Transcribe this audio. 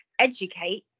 educate